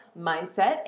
mindset